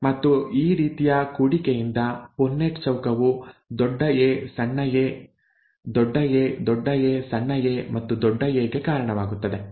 ಮತ್ತು ಈ ರೀತಿಯ ಕೂಡಿಕೆಯಿಂದ ಪುನ್ನೆಟ್ ಚೌಕವು ದೊಡ್ಡ ಎ ಸಣ್ಣ ಎ ದೊಡ್ಡ ಎ ದೊಡ್ಡ ಎ ಸಣ್ಣ ಎ ಮತ್ತು ದೊಡ್ಡ ಎ ಗೆ ಕಾರಣವಾಗುತ್ತದೆ